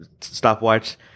stopwatch